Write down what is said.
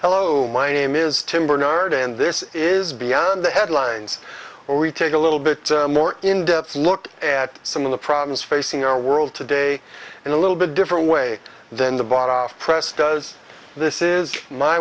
hello my name is tim bernard and this is beyond the headlines or we take a little bit more in depth look at some of the problems facing our world today in a little bit different way then divide off press does this is my